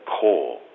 core